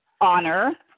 honor